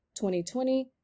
2020